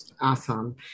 Awesome